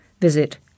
Visit